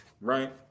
Right